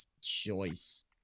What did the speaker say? choice